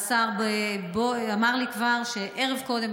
והשר אמר לי כבר שערב קודם,